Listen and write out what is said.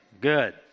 good